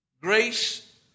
Grace